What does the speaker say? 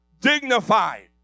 dignified